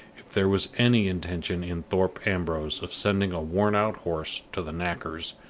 if there was any intention in thorpe ambrose of sending a worn-out horse to the knacker's,